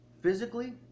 physically